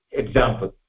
example